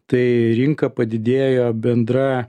tai rinka padidėjo bendra